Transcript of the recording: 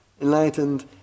Enlightened